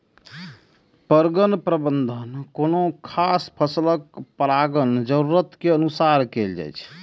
परगण प्रबंधन कोनो खास फसलक परागण जरूरत के अनुसार कैल जाइ छै